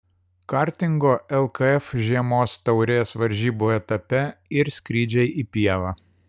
kartingo lkf žiemos taurės varžybų etape ir skrydžiai į pievą